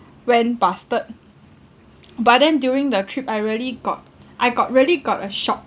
went busted but then during the trip I really got I got really got a shock